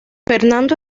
fernando